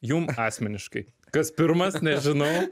jum asmeniškai kas pirmas nežinau